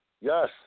Yes